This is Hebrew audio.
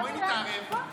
בואי נתערב שהם לא מקימים.